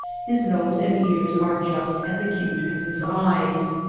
his nose and ears are just as acute as his eyes.